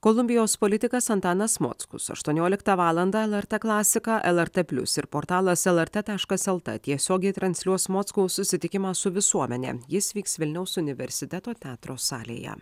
kolumbijos politikas antanas mockus aštuonioliktą valandą lrt klasiką lrt plius ir portalas lrt taškas lt tiesiogiai transliuos mockaus susitikimą su visuomene jis vyks vilniaus universiteto teatro salėje